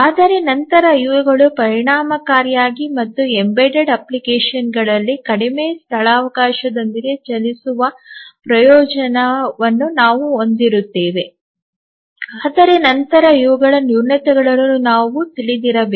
ಆದರೆ ನಂತರ ಇವುಗಳು ಪರಿಣಾಮಕಾರಿಯಾಗಿ ಮತ್ತು ಎಂಬೆಡೆಡ್ ಅಪ್ಲಿಕೇಶನ್ನಲ್ಲಿ ಕಡಿಮೆ ಸ್ಥಳಾವಕಾಶದೊಂದಿಗೆ ಚಲಿಸುವ ಪ್ರಯೋಜನವನ್ನು ನಾವು ಹೊಂದಿರುತ್ತೇವೆ ಆದರೆ ನಂತರ ಇವುಗಳ ನ್ಯೂನತೆಗಳನ್ನು ನಾವು ತಿಳಿದಿರಬೇಕು